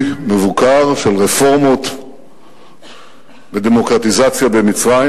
מבוקר של רפורמות ודמוקרטיזציה במצרים,